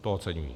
To oceňuji.